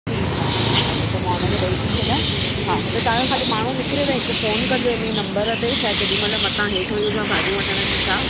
ठीकु आ ठीकु आहे हले पोइ मां हुन खे ॾेइ थी छॾियां हा त तव्हांजो ख़ाली माण्हू निकिरे त हिकु फ़ोन कजो हिन ई नंबर थिए छा केॾी महिल मतां हेठि वेई हुजा भाॼियूं वठणु या छा